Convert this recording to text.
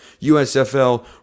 USFL